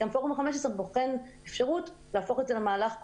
גם פורום ה-15 בוחן אפשרות להפוך את זה למהלך כולל.